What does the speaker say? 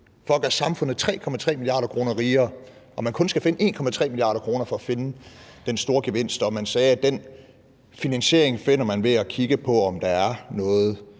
for at gøre samfundet 3,3 mia. kr. rigere og man kun skal finde 1,3 mia. kr. for at få den store gevinst, og man sagde, at den finansiering finder man ved at kigge på, om der er noget